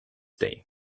day